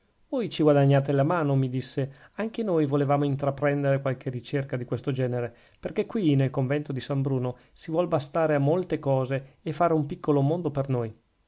voi ci guadagnate la mano mi disse anche noi volevamo intraprendere qualche ricerca di questo genere perchè qui nel convento di san bruno si vuol bastare a molte cose e fare un piccolo mondo per noi